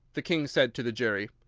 the king said to the jury.